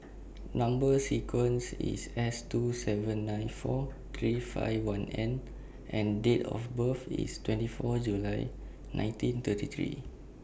Number sequence IS S two seven nine four three five one N and Date of birth IS twenty four July nineteen thirty three